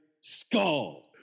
Skull